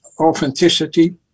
authenticity